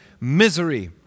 misery